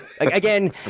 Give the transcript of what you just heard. again